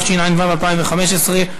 התשע"ו 2015,